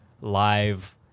live